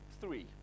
three